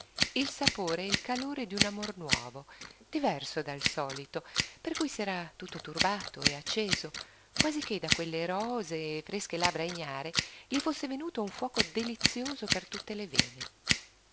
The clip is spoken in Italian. il sapore e il calore d'un amor nuovo diverso dal solito per cui s'era tutto turbato e acceso quasi che da quelle rosee e fresche labbra ignare gli fosse venuto un fuoco delizioso per tutte le vene